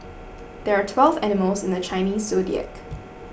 there are twelve animals in the Chinese zodiac